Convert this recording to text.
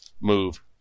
move